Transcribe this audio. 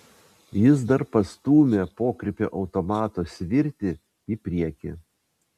jis dar pastūmė pokrypio automato svirtį į priekį